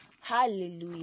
Hallelujah